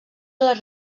les